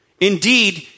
Indeed